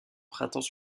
printemps